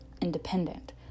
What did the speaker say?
independent